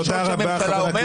ראש הממשלה אומר.